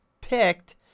picked